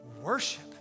worship